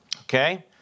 Okay